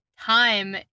time